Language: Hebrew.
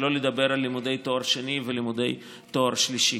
שלא לדבר על לימודי תואר שני ולימודי תואר שלישי.